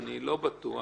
אבל אני לא בטוח,